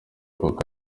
koko